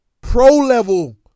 pro-level